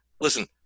listen